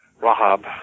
Rahab